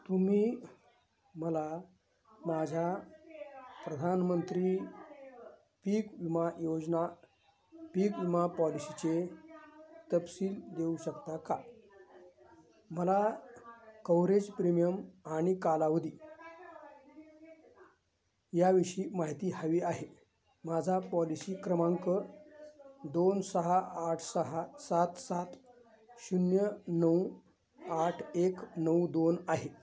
तुम्ही मला माझ्या प्रधानमंत्री पीक विमा योजना पीक विमा पॉलिसीचे तपशील देऊ शकता का मला कवरेज प्रीमियम आणि कालावधी याविषयी माहिती हवी आहे माझा पॉलिसी क्रमांक दोन सहा आठ सहा सात सात शून्य नऊ आठ एक नऊ दोन आहे